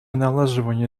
налаживание